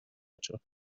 ocho